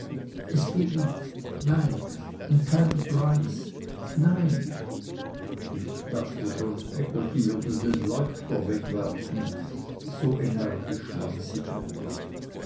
es geht nicht nein um keinen preis nein ich dachte schon peggotty würde den leuchter wegwerfen so energisch schwang sie ihn